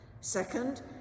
Second